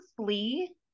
flee